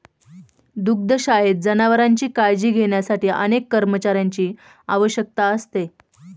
दुग्धशाळेत जनावरांची काळजी घेण्यासाठी अनेक कर्मचाऱ्यांची आवश्यकता असते